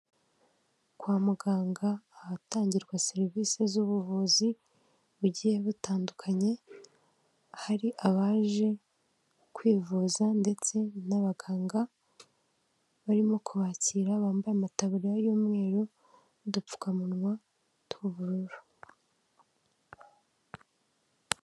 Kwa muganga, ahatangirwa serivise z'ubuvuzi bugiye butandukanye, hari abaje kwivuza ndetse n'abaganga barimo kubakira, bambaye amataburiya y'umweru n' udupfukamunwa tw'ubururu.